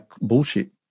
bullshit